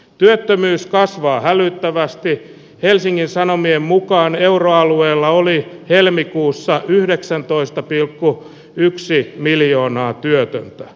työttömyys kasvaa hälyttävästi helsingin sanomien mukaan euroalueella oli helmikuussa yhdeksäntoista pilkku yksi miljoonaa työtöntä